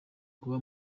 kuba